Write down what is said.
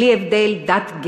בלי הבדל דת,